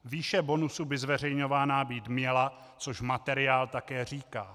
Výše bonusu by zveřejňovaná být měla, což materiál také říká.